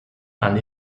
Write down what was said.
and